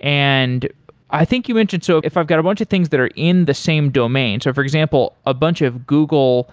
and i think you mentioned, so if i've got a bunch of things that are in the same domain, so for example, a bunch of google